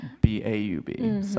B-A-U-B